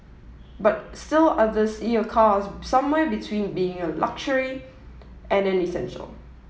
but still others see a car as somewhere between being a luxury and an essential